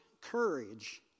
courage